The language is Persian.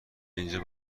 اینجا